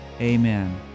Amen